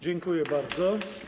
Dziękuję bardzo.